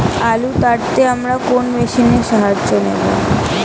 আলু তাড়তে আমরা কোন মেশিনের সাহায্য নেব?